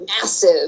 massive